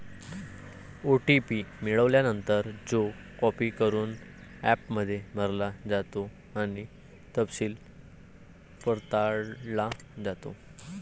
OTP मिळाल्यानंतर, तो copy करून ॲपमध्ये भरला जातो आणि तपशील पडताळला जातो